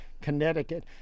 Connecticut